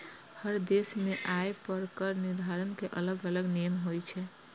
हर देश मे आय पर कर निर्धारण के अलग अलग नियम होइ छै